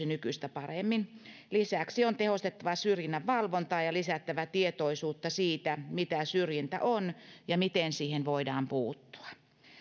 nykyistä paremmin lisäksi on tehostettava syrjinnän valvontaa ja lisättävä tietoisuutta siitä mitä syrjintä on ja miten siihen voidaan puuttua